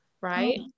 right